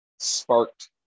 sparked